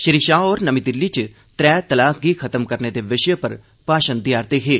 श्री शाह होर नर्मी दिल्ली च त्रै तलाक गी खत्म करने दे विषे उप्पर भाषण देआ'रदे हे